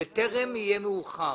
בטרם יהיה מאוחר,